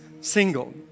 single